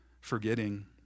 forgetting